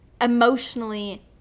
emotionally